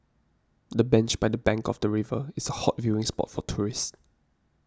the bench by the bank of the river is a hot viewing spot for tourists